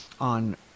on